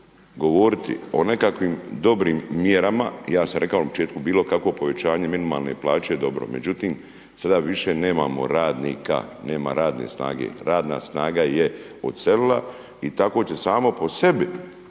govoriti o nekakvim dobrim mjerama, ja sam rekao na početku bilo kakvo povećanje minimalne plaće je dobro, međutim, sada više nemamo radnika, nemamo radne snage, radna snaga je odselila i tako će samo po sebi